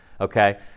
Okay